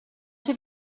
have